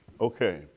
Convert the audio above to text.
Okay